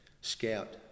scout